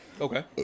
Okay